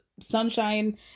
sunshine